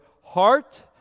heart